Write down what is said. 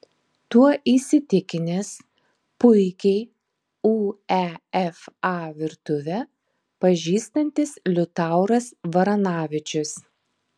tuo įsitikinęs puikiai uefa virtuvę pažįstantis liutauras varanavičius